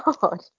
God